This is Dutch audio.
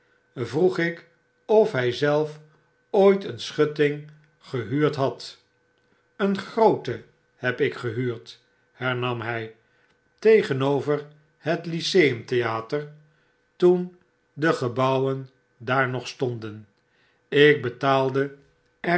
vroeg ik of hy zelf ooit een schutting gehuurd had wwpswpp overdkukken een groote heb ik gehuurd hernam hg tegenover het lyceum theater toen degebouwen daar nog stonden ik betaalde